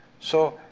so,